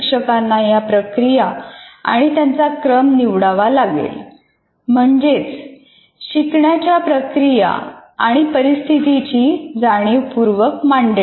शिक्षकांना या प्रक्रिया आणि त्यांचा क्रम निवडावा लागेल म्हणजेच शिकण्याच्या प्रक्रिया आणि परिस्थितीची जाणीवपूर्वक मांडणी